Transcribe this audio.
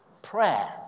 Prayer